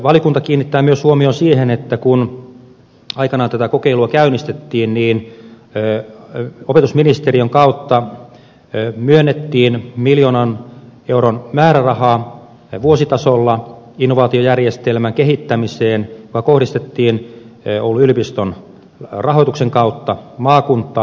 valiokunta kiinnittää myös huomion siihen että kun aikanaan tätä kokeilua käynnistettiin opetusministeriön kautta myönnettiin innovaatiojärjestelmän kehittämiseen vuositasolla miljoonan euron määräraha joka kohdistettiin oulun yliopiston rahoituksen kautta maakuntaan